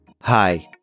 Hi